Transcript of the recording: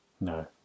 No